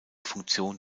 funktion